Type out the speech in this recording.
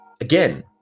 again